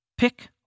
Pick